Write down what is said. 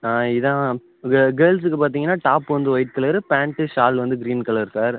ஆ இதுதான் கே கேர்ள்ஸுக்கு பார்த்தீங்கன்னா டாப் வந்து ஒயிட் கலரு பேண்ட்டு ஷாலு வந்து க்ரீன் கலரு சார்